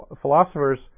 philosophers